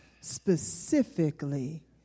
specifically